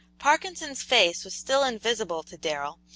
parkinson's face was still invisible to darrell,